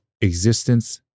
existence